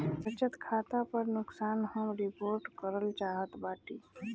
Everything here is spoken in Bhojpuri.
बचत खाता पर नुकसान हम रिपोर्ट करल चाहत बाटी